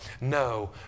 no